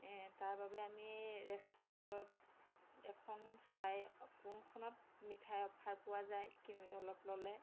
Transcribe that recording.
তাৰ বাবে আমি ৰেষ্টুৰেণ্টত এখন চাই কোনখনত মিঠাই অফাৰ পোৱা যায় কি অলপ ল'লে